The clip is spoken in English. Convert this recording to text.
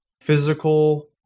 physical